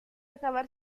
acabar